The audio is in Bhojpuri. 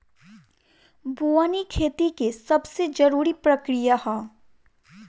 बोअनी खेती के सबसे जरूरी प्रक्रिया हअ